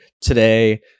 today